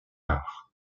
art